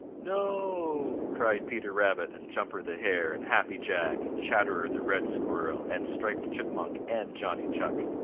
no, cried peter rabbit and jumper the hare and happy jack and chatterer the red squirrel and striped chipmunk and johnny chuck.